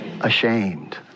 Ashamed